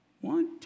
one